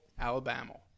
Alabama